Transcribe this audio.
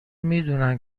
میدونن